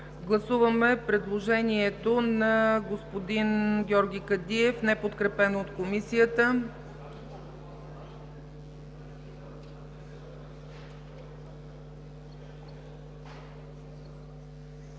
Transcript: Гласуваме предложението на господин Георги Кадиев, което е неподкрепено от Комисията.